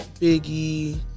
Biggie